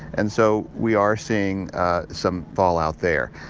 and so we are seeing some fallout there.